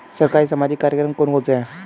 सरकारी सामाजिक कार्यक्रम कौन कौन से हैं?